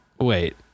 wait